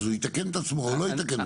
אז הוא יתקן את עצמו או לא יתקן את עצמו.